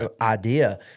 idea